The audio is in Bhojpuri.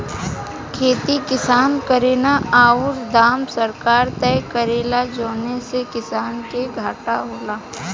खेती किसान करेन औरु दाम सरकार तय करेला जौने से किसान के घाटा होला